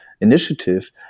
initiative